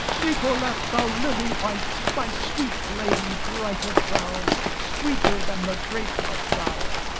nicolete, thou lily white, my sweet lady, bright of brow, sweeter than the grape art thou,